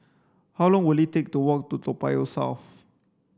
how long will it take to walk to Toa Payoh South